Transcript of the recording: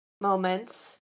moments